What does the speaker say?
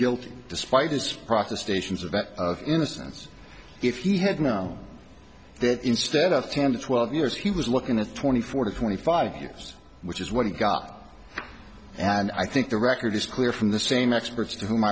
guilty despite this process stations of that innocence if he had known that instead of ten to twelve years he was looking at twenty four to twenty five years which is what he got and i think the record is clear from the same experts to whom